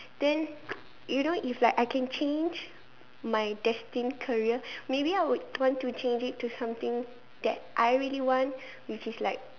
then you know if like I can change my destined career maybe I would want to change it to something that I really one which is like